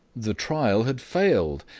the trial had failed,